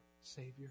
Savior